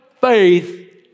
faith